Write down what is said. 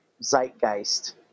zeitgeist